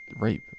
Rape